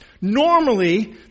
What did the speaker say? Normally